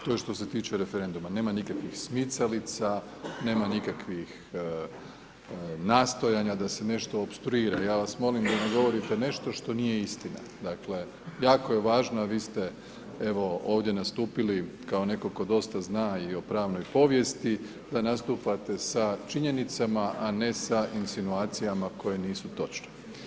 To je što se tiče referenduma, nema nikakvih smicalica, nema nikakvih nastojanja da se nešto opstruira, ja vas molim da ne govorite nešto što nije istina, dakle, jako je važno, a vi ste ovdje nastupili kao netko tko dosta zna i o pravnoj povijesti, da nastupate sa činjenicama, a ne sa insinuacijama koje nisu točne.